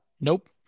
Nope